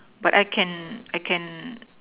but I can I can